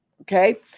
okay